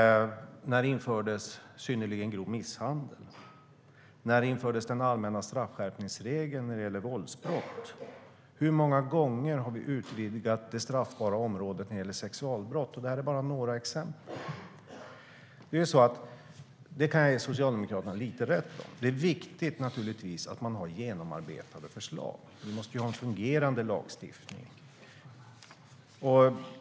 När infördes "synnerligen grov misshandel"? När infördes den allmänna straffskärpningsregeln för våldsbrott? Hur många gånger har vi utvidgat det straffbara området vad gäller sexualbrott? Det är bara några exempel. Jag kan ge Socialdemokraterna rätt i att det är viktigt att ha genomarbetade förslag. Vi måste ha en fungerande lagstiftning.